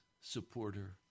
supporter